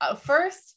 First